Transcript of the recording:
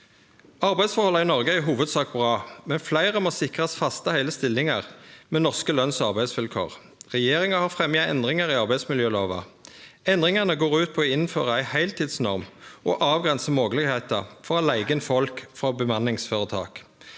Arbeidsforholda i Noreg er i hovudsak bra, men fleire må sikrast faste heile stillingar med norske lønns- og arbeidsvilkår. Regjeringa har fremja endringar i arbeidsmiljølova. Endringane går ut på å innføre ei heiltidsnorm og avgrense moglegheita for å leige inn folk frå bemanningsføretak.